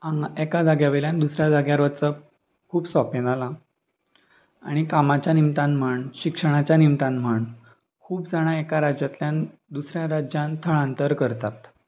हांगा एका जाग्या वयल्यान दुसऱ्या जाग्यार वचप खूब सोंपें जालां आनी कामाच्या निमतान म्हण शिक्षणाच्या निमतान म्हण खूब जाणां एका राज्यांतल्यान दुसऱ्या राज्यान थळांतर करतात